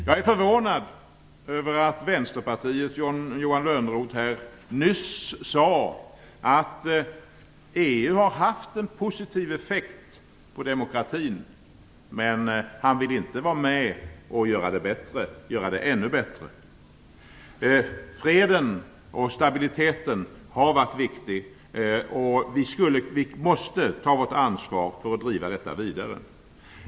Jag är förvånad över att Vänsterpartiets Johan Lönnroth nyss sade här att EU har haft en positiv effekt på demokratin, men han vill inte vara med och göra det ännu bättre. Freden och stabiliteten har varit viktiga. Vi måste ta vårt ansvar för att driva detta vidare.